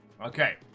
Okay